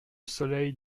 soleil